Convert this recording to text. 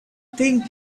thing